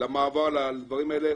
ומעבר לדברים האלה,